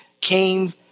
came